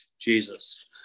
Jesus